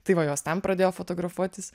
tai va jos ten pradėjo fotografuotis